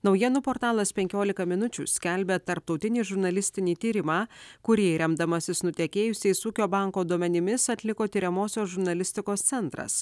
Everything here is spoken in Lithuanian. naujienų portalas penkiolika minučių skelbia tarptautinį žurnalistinį tyrimą kurį remdamasis nutekėjusiais ūkio banko duomenimis atliko tiriamosios žurnalistikos centras